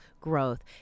growth